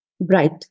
Bright